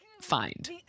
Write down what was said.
find